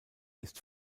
ist